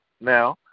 now